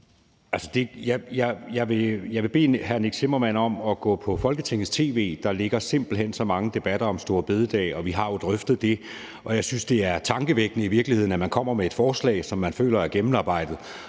jeg vil bede hr. Nick Zimmermann om at gå på Folketingets tv. Der ligger simpelt hen så mange debatter om store bededag. Vi har jo drøftet det. Jeg synes i virkeligheden, det er tankevækkende, at man kommer med et forslag, som man føler er gennemarbejdet,